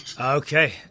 okay